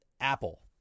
Apple